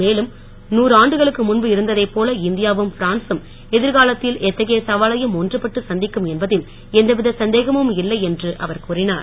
மேலும் நூறாண்டுகளுக்கு முன்பு இருந்த்தைப் போல இந்தியாவும் பிரான்சும் எதிர்காலத்தில் எத்தகைய சவாலையும் ஒன்றுபட்டு சந்திக்கும் என்பதில் எந்தவித சந்தேகமும் இல்லை என்று அவர் கூறினார்